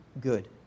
good